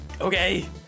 Okay